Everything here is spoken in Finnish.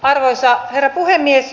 arvoisa herra puhemies